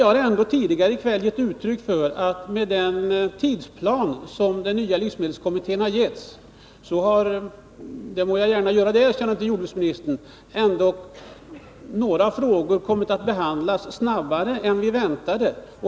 Jag har ändå tidigare i kväll gett uttryck för åsikten att med den tidsplan som den nya livsmedelskommittén gett har några frågor kommit att behandlas snabbare än vi väntat.